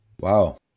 Wow